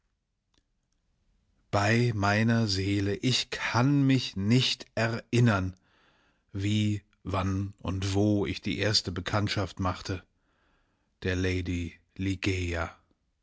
bei meiner seele ich kann mich nicht erinnern wie wann und wo ich die erste bekanntschaft machte der lady